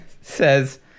says